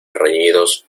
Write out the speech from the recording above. reñidos